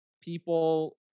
people